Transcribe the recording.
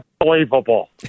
Unbelievable